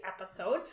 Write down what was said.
episode